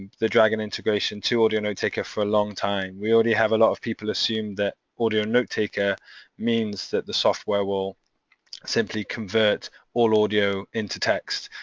the dragon integration tool to audio notetaker for a long time, we already have a lot of people assume that audio notetaker means that the software will simply convert all audio into text,